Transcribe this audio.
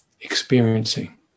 experiencing